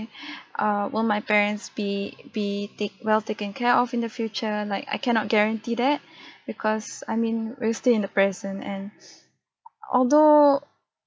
uh will my parents be be take well taken care of in the future like I cannot guarantee that because I mean we're still in the present and although